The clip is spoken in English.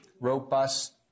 robust